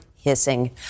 hissing